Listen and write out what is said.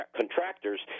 contractors